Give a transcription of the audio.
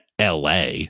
LA